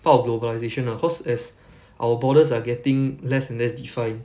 part of globalisation ah cause as our borders are getting less and less defined